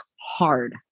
hard